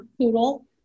poodle